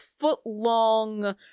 foot-long